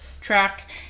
track